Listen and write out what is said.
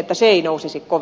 että se ei nousisi kovin korkeaksi